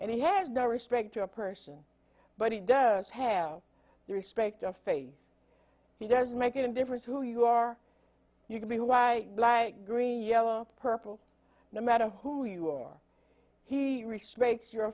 and he has no respect to a person but he does have the respect of face he does make a difference who you are you can be who i like green yellow purple no matter who you are he respects your